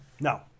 No